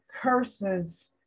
curses